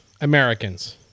Americans